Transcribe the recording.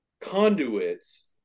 conduits